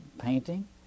painting